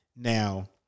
Now